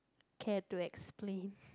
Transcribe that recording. care to explain